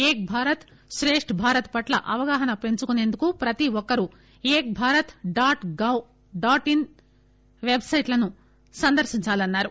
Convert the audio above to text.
ఏక్ భారత్ శ్రేష్ట్ భారత్ పట్ట అవగాహన పెంచుకునేందుకు ప్రతి ఒక్కరు Ek Bharat dot gov dot in website ను సందర్పించాలన్నారు